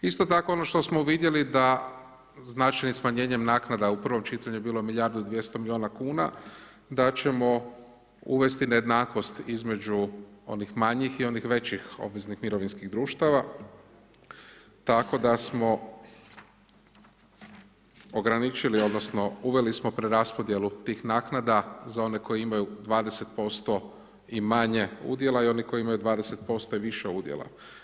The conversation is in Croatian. Isto tako ono što smo uvidjeli, da značajnim smanjenjem naknada u prvom čitanju je bilo milijardu 200 miliona kuna, da ćemo uvesti nejednakost između onih manjih i onih većih obveznih mirovinskih društava, tako da smo ograničili odnosno uveli smo preraspodjelu tih naknada za one koji imaju 20% i manje udjela i oni koji imaju 20% i više udjela.